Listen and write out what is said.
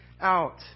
out